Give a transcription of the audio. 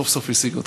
סוף-סוף השיג אותו.